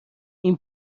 این